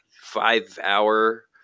five-hour